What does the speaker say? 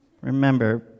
remember